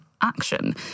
action